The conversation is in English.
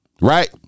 right